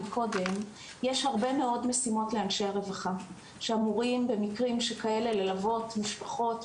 יש הרבה מאוד משימות לאנשי הרווחה שאמורים במקרים שכאלה ללוות משפחות,